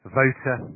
voter